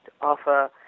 offer